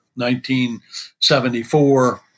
1974